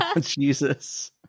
Jesus